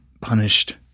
punished